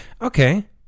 Okay